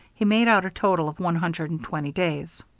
he made out a total of one hundred and twenty days.